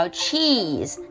cheese